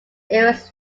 aris